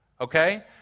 Okay